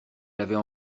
l’avais